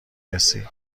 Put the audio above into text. رسی